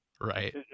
right